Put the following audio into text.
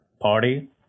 party